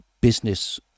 business